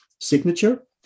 signature